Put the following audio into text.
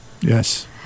Yes